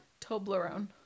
Toblerone